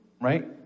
right